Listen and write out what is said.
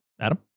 adam